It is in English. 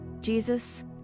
Jesus